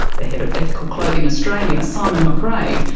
the head of ethical clothing australia, simon mcrae,